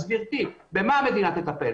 אז גברתי, במה המדינה תטפל?